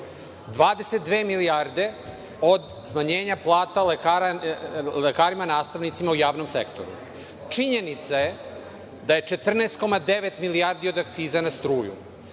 milijarde od smanjenja plata lekarima, nastavnicima u javnom sektoru. Činjenica je da je 14,9 milijardi od akciza na struju.